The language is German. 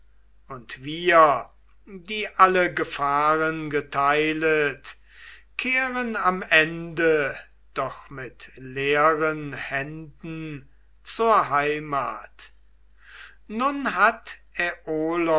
und wir die alle gefahren geteilet kehren am ende doch mit leeren händen zur heimat nun hat